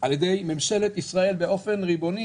על ידי ממשלת ישראל באופן ריבוני,